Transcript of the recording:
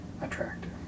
attractive